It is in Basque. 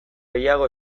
gehiago